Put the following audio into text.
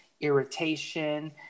irritation